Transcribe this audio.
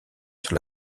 sur